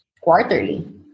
quarterly